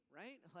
right